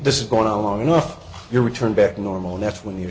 this is going on long enough your return back to normal and that's when you